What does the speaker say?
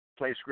PlayScript